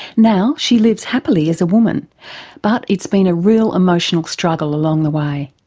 now she lives happily as a woman but it's been a real emotional struggle along the way.